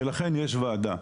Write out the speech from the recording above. ולכן, יש ועדה.